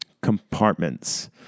compartments